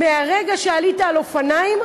מהרגע שעלית על אופניים,